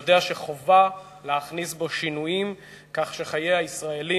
יודע שחובה להכניס בו שינויים כך שחיי הישראלים,